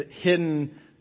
hidden